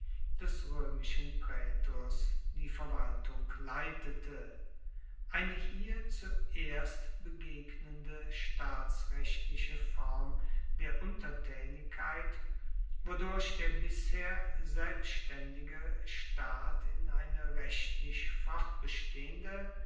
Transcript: des roemischen praetors die verwaltung leitete eine hier zuerst begegnende staatsrechtliche form der untertaenigkeit wodurch der bisher selbstaendige staat in eine rechtlich